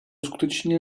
skutečně